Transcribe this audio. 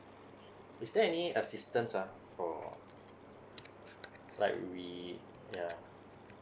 is there any assistance ah for like we yeah